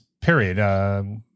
period